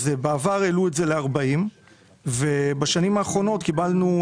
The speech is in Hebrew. בעבר העלו את זה לגיל 40 ובשנים האחרונים קיבלנו,